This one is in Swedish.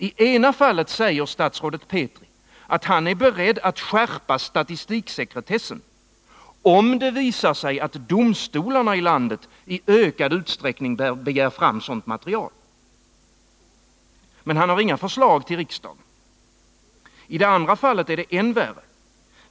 I ena fallet säger statsrådet, att han är beredd att skärpa statistiksekretessen, om det visar sig att domstolarna i ökad utsträckning begär fram sådant material. Men han har inga förslag till riksdagen. I det andra fallet är det än värre.